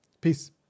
Peace